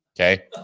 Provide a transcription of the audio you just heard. Okay